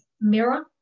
mirror